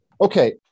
Okay